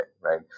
right